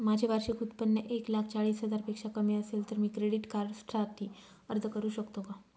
माझे वार्षिक उत्त्पन्न एक लाख चाळीस हजार पेक्षा कमी असेल तर मी क्रेडिट कार्डसाठी अर्ज करु शकतो का?